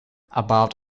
about